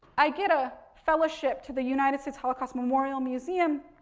i get a fellowship to the united states holocaust memorial museum,